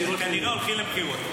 שכנראה הולכים לבחירות.